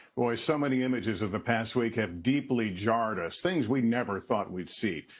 so many images of the past week have deeply jarred us, things we never thought we'd see.